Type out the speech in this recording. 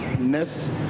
Next